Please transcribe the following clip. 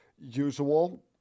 usual